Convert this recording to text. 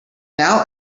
now